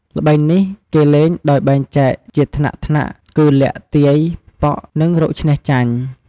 ល្បែងនេះគេលេងដោយបែងចែកជាថ្នាក់ៗគឺ លាក់ ទាយ ប៉ក់ និង រកឈ្នះចាញ់។